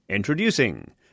Introducing